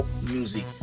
music